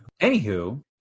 Anywho